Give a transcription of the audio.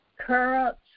currents